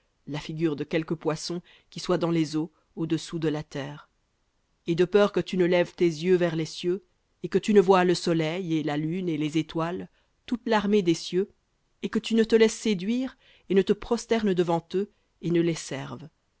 la figure de quelque poisson qui soit dans les eaux au-dessous de la terre et de peur que tu ne lèves tes yeux vers les cieux et que tu ne voies le soleil et la lune et les étoiles toute l'armée des cieux et que tu ne te laisses séduire et ne te prosternes devant eux et ne les serves